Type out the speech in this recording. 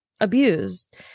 abused